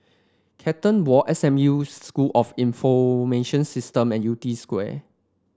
Carlton Walk S M U School of Information System and Yew Tee Square